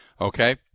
Okay